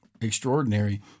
extraordinary